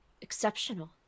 exceptional